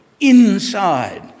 inside